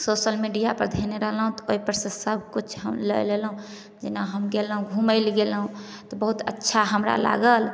social media पर धेने रहलहुॅं तऽ ओहि पर से सभ किछु हम लए लेलहुॅं जेना हम गेलहुॅं घूमै लए गेलहुॅं तऽ बहुत अच्छा हमरा लागल